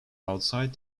outside